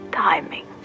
timing